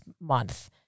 month